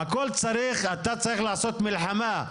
בהכל אתה צריך לעשות מלחמה,